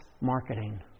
marketing